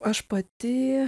aš pati